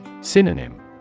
Synonym